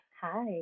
Hi